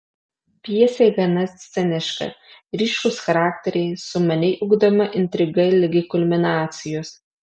pjesė gana sceniška ryškūs charakteriai sumaniai ugdoma intriga ligi kulminacijos